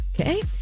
Okay